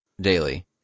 daily